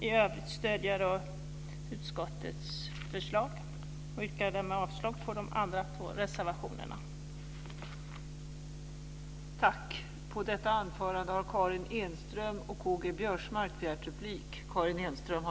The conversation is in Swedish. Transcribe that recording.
I övrigt stöder jag utskottets förslag och yrkar därmed avslag på de andra två reservationerna.